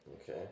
Okay